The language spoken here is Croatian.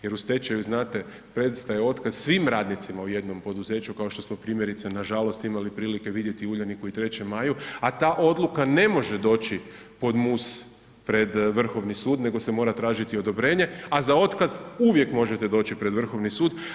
Jer u stečaju, znate, prestaje otkaz svim radnicima u jednom poduzeću, kao što smo, primjerice, nažalost imali prilike vidjeti u Uljaniku i 3. Maju, a ta odluka ne može doći pod mus pred Vrhovni sud nego se mora tražiti odobrenje, a za otkaz uvijek možete doći pred Vrhovni sud.